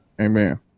Amen